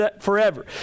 forever